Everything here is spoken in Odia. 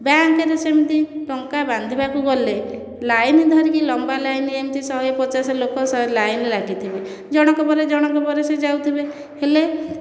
ବ୍ୟାଙ୍କ ରେ ସେମିତି ଟଙ୍କା ବାନ୍ଧିବାକୁ ଗଲେ ଲାଇନ ଧରିକି ଲମ୍ବା ଲାଇନ ଏମିତି ଶହେ ପଚାଶ ଲୋକ ଲାଇନ ଲାଗିଥିବେ ଜଣକ ପରେ ଜଣକ ସେ ଯାଉଥିବେ ହେଲେ